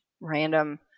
random